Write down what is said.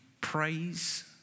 praise